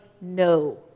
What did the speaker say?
No